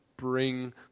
bring